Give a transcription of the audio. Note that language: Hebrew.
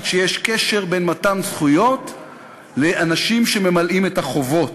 שיש קשר בין מתן זכויות לאנשים שממלאים את החובות,